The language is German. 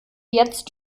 jetzt